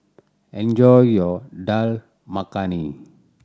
enjoy your Dal Makhani